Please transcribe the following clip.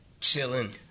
chilling